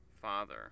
Father